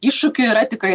iššūkių yra tikrai